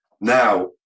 Now